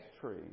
tree